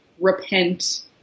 repent